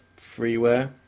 freeware